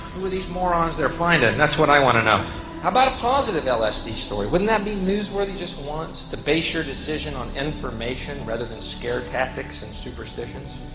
who are these morons they're finding that's what i want to know. how about a positive lsd-story, wouldn't that be news-worthy, just once, to base your decision on information, rather than scare-tactics and superstitions,